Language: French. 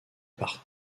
par